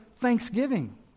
thanksgiving